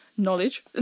Knowledge